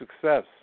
success